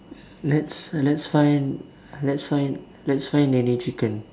let's let's find let's find let's find NeNe-chicken